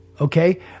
okay